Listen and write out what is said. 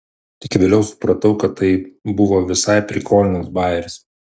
tik vėliau supratau kad tai buvo visai prikolnas bajeris